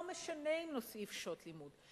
לא משנה אם נוסיף שעות לימוד,